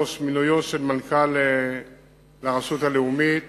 4. מינויו של מנכ"ל לרשות הלאומית,